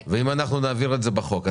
אם נעביר את זה בחוק,